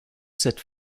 cette